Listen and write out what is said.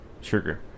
sugar